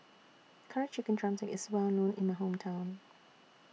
Curry Chicken Drumstick IS Well known in My Hometown